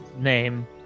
name